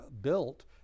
built